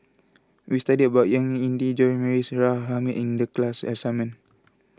we studied about Ying E Ding John Morrice Hamid in the class assignment